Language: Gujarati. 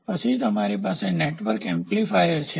પછી તમારી પાસે નેટવર્ક એમ્પ્લીફાયર છે